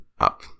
up